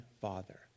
Father